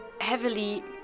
heavily